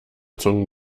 zungen